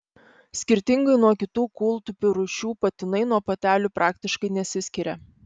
skirtingai nuo kitų kūltupių rūšių patinai nuo patelių praktiškai nesiskiria